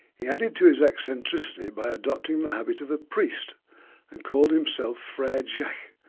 he added to his eccentricity by adopting the habit of a priest and called himself frere jacques,